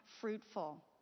fruitful